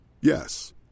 Yes